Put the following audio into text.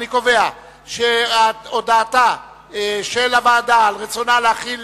אני קובע שהודעתה של הוועדה על רצונה להחיל